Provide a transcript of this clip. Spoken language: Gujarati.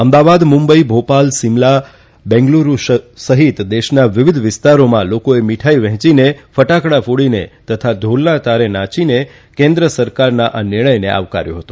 અમદાવાદ મુંબઇ ભોપાલ સીમલા બેંગલુરૂ સહિત દેશના વિવિધ વિસ્તારોમાં લોકોએ મીઠાઇ પહેંચીને ફટાકડાં ફોડીને તથા ઢોલના તાલે નાચીને કેન્દ્ર સરકારના આ નિર્ણયને આવકાર્યો હતો